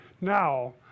Now